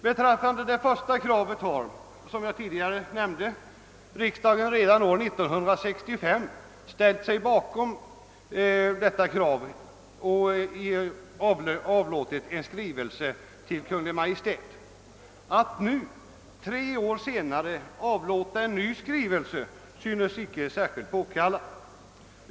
Beträffande det första kravet har riksdagen, såsom jag tidigare nämnde, redan år 1965 ställt sig bakom motionsyrkandet och avlåtit en skrivelse till Kungl. Maj:t. Att nu tre år senare avlåta en ny skrivelse synes icke särskilt påkallat.